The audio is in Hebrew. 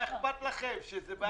מה אכפת לכם שזה בעיה של האוצר?